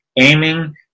aiming